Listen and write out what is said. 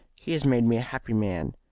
he has made me a happy man.